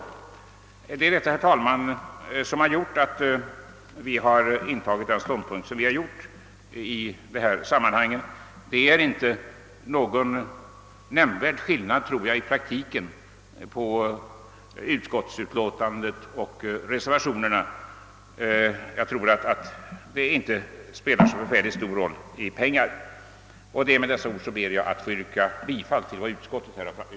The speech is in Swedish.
Det är detta, herr talman, som har gjort att vi intagit denna ståndpunkt. I praktiken är det nog inte någon nämnvärd skillnad mellan utskottsutlåtandet och reservationerna; jag tror inte att det gör så mycket i pengar räknat om riksdagen bifaller utskottets förslag eller reservanternas. Med dessa ord ber jag att få yrka bifall till utskottets hemställan.